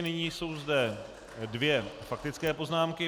Nyní jsou zde dvě faktické poznámky.